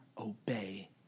obey